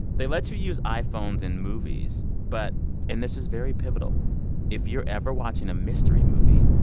they let you use iphones in movies. but and this is very pivotal if you're ever watching a mystery movie,